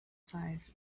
sides